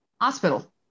Hospital